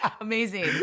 Amazing